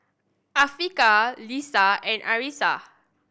Afiqah Lisa and Arissa